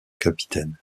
capitaine